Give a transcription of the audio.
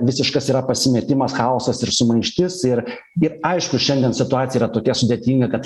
visiškas yra pasimetimas chaosas ir sumaištis ir ir aišku šiandien situacija yra tokia sudėtinga kad